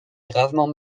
gravement